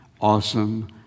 awesome